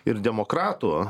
ir demokratų